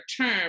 term